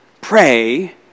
pray